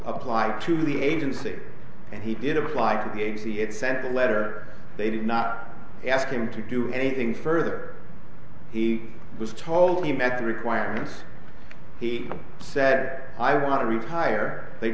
apply to the agency and he did apply to be eighty eight cents a letter they did not ask him to do anything further he was told he met the requirements he said i want to retire they